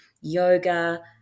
yoga